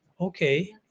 Okay